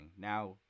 Now